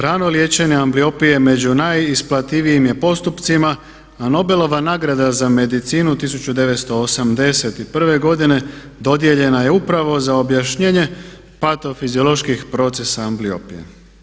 Rano liječenje ambliopije među najisplativijim je postupcima a Nobelova nagrada za medicinu 1981. godine dodijeljena je upravo za objašnjenje patofizioloških procesa ambliopije.